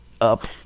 up